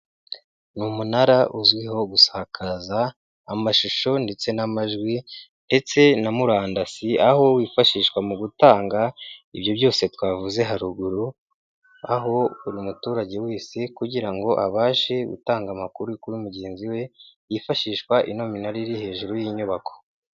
Ni umunara uzwiho gusakaza amashusho ndetse n'amajwi ndetse na murandasi, aho wifashishwa mu gutanga ibyo byose twavuze haruguru; aho buri muturage wese kugira ngo abashe gutanga amakuru kuri mugenzi we hifashishwa ino minara iri hejuru y'inyubako.